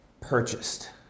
purchased